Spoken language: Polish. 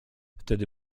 wtedy